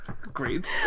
Great